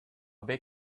big